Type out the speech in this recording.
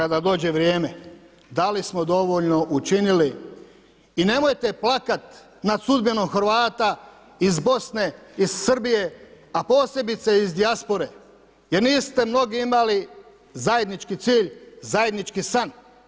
Upitajmo se kada dođe vrijeme da li smo dovoljno učinili i nemojte plakati nad sudbinom Hrvata iz Bosne, iz Srbije a posebice iz dijaspore jer niste mnogi imali zajednički cilj, zajednički san.